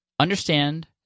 Understand